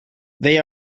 they